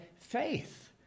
faith